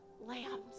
lambs